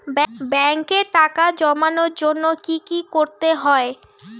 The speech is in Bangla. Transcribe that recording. ব্যাংকে টাকা জমানোর জন্য কি কি করতে হয়?